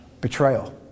betrayal